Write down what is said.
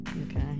Okay